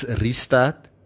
restart